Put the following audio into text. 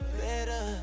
better